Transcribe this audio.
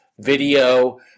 video